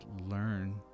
learn